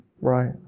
Right